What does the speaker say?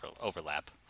overlap